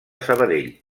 sabadell